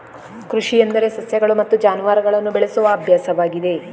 ಕೃಷಿ ಎಂದರೆ ಸಸ್ಯಗಳು ಮತ್ತು ಜಾನುವಾರುಗಳನ್ನು ಬೆಳೆಸುವ ಅಭ್ಯಾಸವಾಗಿದೆ